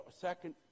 second